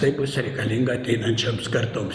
tai bus reikalinga ateinančioms kartoms